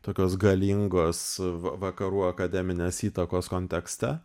tokios galingos va vakarų akademinės įtakos kontekste